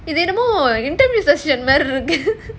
இது என்னமோ:idhu ennamo interview section மாதிரி இருக்குது:maadhiri irukuthu